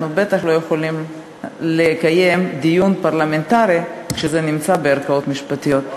אנחנו בטח לא יכולים לקיים דיון פרלמנטרי כשזה נמצא בערכאות משפטיות.